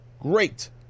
great